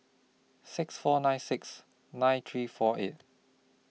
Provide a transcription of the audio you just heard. six four nine six nine three four eight